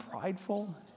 prideful